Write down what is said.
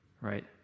right